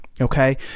Okay